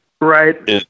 Right